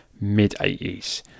mid-80s